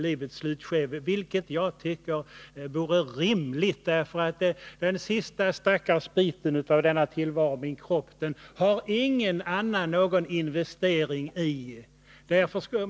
Jag tycker dock att detta vore rimligt. Den sista stackars biten av denna tillvaro, min kropp, har nämligen ingen annan någon inteckning i.